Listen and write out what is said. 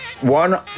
One